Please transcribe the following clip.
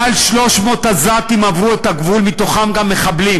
יותר מ-300 עזתים עברו את הגבול, בתוכם גם מחבלים.